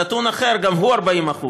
נתון אחר, גם הוא 40%: